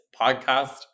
podcast